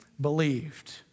believed